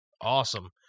Awesome